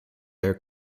their